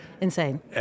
insane